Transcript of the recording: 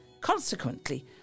Consequently